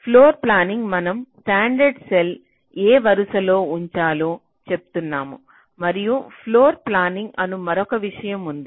ఫ్లోర్ప్లానింగ్లో మనం standard cell ఏ వరుసలలో ఉంచాలో చెప్తున్నాము మరియు పవర్ ప్లానింగ్ అను మరొక విషయం ఉంది